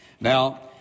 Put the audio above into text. Now